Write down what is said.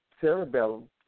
cerebellum